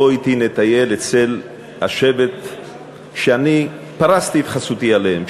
בוא אתי נטייל אצל השבט שאני פרסתי את חסותי עליהם,